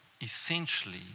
essentially